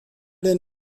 den